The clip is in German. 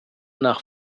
nach